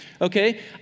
okay